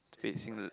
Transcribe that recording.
facing